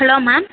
hello ma'am